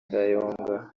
kayonga